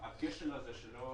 הכשל הזה שלא